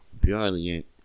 brilliant